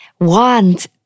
want